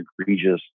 egregious